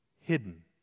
hidden